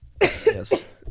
Yes